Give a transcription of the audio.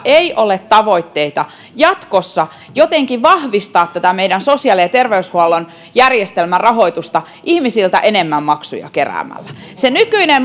ei ole tavoitteita jatkossa jotenkin vahvistaa tätä meidän sosiaali ja terveydenhuollon järjestelmän rahoitusta keräämällä ihmisiltä enemmän maksuja se nykyinen